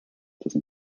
dessen